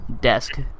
desk